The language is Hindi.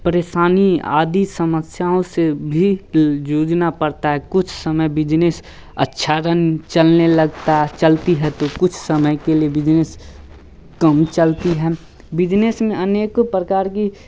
परेशानी आदि समस्याओं से भी की जूंझना पड़ता है कुछ समय बिजनेस अच्छा रन चलने लगता चलती है तो कुछ समय के लिए बिजनेस कम चलती है बिजनेस में अनकों प्रकार की